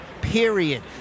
period